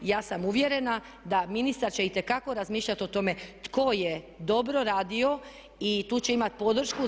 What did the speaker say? Ja sam uvjerena da ministar će itekako razmišljati o tome tko je dobro radio i tu će imati podršku.